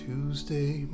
Tuesday